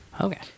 Okay